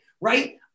Right